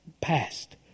past